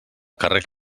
càrrec